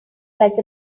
like